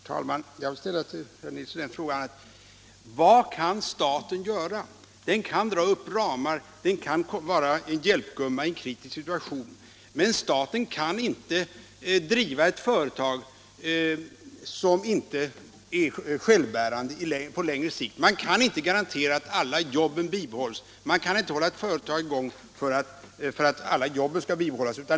Herr talman! Jag vill ställa en fråga till herr Nilsson i Uddevalla: Vad kan staten göra? Den kan dra upp ramar, den kan vara hjälpgumma i en kritisk situation, men staten kan inte driva ett företag som inte är självbärande på längre sikt. Man kan inte garantera att alla jobb bibehålls, man kan inte hålla ett företag i gång för att alla jobb skall bibehållas.